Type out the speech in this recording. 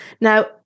Now